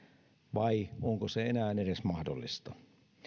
vai onko se enää edes mahdollista